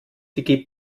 die